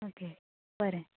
okay बरें